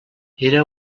era